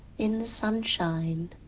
in the sunshine.